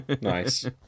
Nice